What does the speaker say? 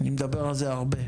אני מדבר על זה הרבה.